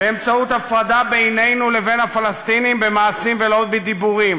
באמצעות הפרדה בינינו לבין הפלסטינים במעשים ולא בדיבורים.